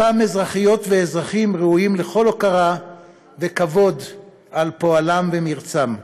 אותם אזרחים ואזרחיות ראויים לכל הוקרה וכבוד על פועלם ומרצם.